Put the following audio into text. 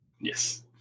Yes